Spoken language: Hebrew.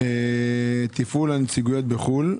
אני רואה תפעול הנציגויות בחוץ לארץ.